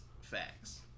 Facts